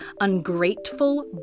ungrateful